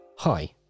Hi